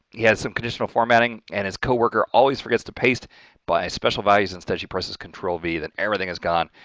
he had some conditional formatting and his co-worker always forgets to paste by special values instead she presses control v that everything is gone.